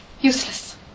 useless